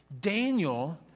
Daniel